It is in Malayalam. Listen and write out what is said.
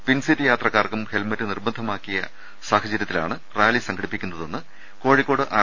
പിൻസീറ്റ് യാത്രക്കാർക്കും ഹെൽമറ്റ് നിർബന്ധമാക്കിയ സാഹചര്യത്തിലാണ് റാലി സംഘടിപ്പിക്കുന്നതെന്ന് കോഴിക്കോട് ആർ